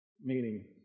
Meaning